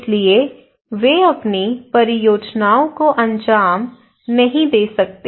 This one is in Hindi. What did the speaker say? इसलिए वे अपनी परियोजनाओं को अंजाम नहीं दे सकते